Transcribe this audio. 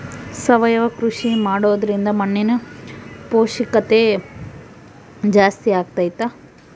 ಸಾವಯವ ಕೃಷಿ ಮಾಡೋದ್ರಿಂದ ಮಣ್ಣಿನ ಪೌಷ್ಠಿಕತೆ ಜಾಸ್ತಿ ಆಗ್ತೈತಾ?